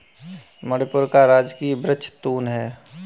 मणिपुर का राजकीय वृक्ष तून है